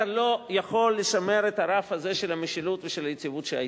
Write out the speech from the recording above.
אתה לא יכול לשמר את הרף הזה של המשילות ושל היציבות שהיתה.